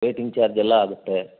waiting charge ಎಲ್ಲ ಆಗುತ್ತೆ